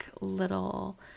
little